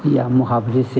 या मुहावरे से